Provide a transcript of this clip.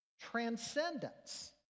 transcendence